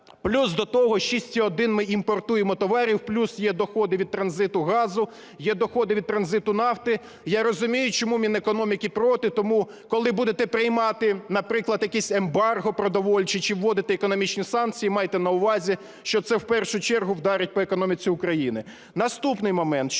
плюс до того 6,1 ми імпортуємо товарів, плюс є доходи від транзиту газу, є доходи від транзиту нафти. Я розумію, чому Мінекономіки проти. Тому, коли будете приймати, наприклад, якесь ембарго продовольче чи вводити економічні санкції, майте на увазі, що це в першу чергу вдарить по економіці України. Наступний момент